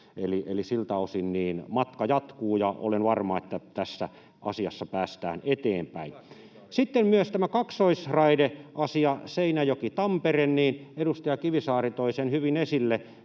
siltä osin matka jatkuu, ja olen varma, että tässä asiassa päästään eteenpäin. Sitten myös tämä kaksoisraideasia, Seinäjoki—Tampere: edustaja Kivisaari toi sen hyvin esille,